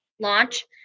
launch